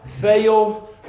fail